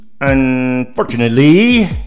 Unfortunately